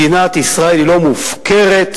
מדינת ישראל לא מופקרת,